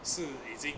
是已经